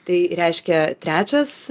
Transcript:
tai reiškia trečias